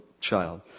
child